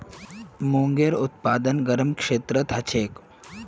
मूंगेर उत्पादन गरम क्षेत्रत ह छेक